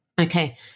Okay